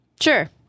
Sure